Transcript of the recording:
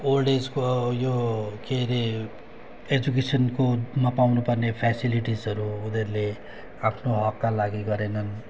old एजको यो के अरे एजुकेसनकोमा पाउनु पर्ने फेसिलिटीजहरू उनीहरूले आफ्नो हकका लागि गरेनन्